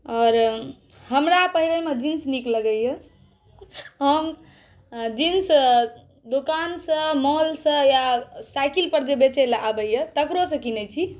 आओर हमरा पहिरैमे जीन्स नीक लगैया हम जीन्स दोकानसँ मॉलसँ या साईकिल पर जे बेचै लए आबैया तकरो सँ किनै छी